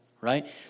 right